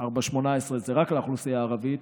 4.18 זה רק לאוכלוסייה הערבית